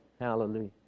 Hallelujah